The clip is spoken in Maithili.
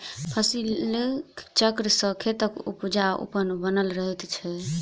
फसिल चक्र सॅ खेतक उपजाउपन बनल रहैत छै